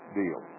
deal